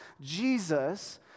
Jesus